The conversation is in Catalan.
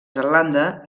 zelanda